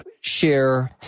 share